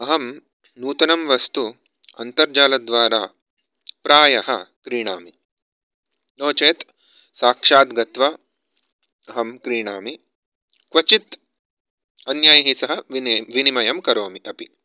अहं नूतनं वस्तु अन्तर्जालद्वारा प्रायः क्रीणामि नो चेत् साक्षात् गत्वा अहं क्रीणामि क्वचित् अन्यैः सह विनेय् विनिमयं करोमि अपि